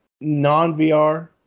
non-VR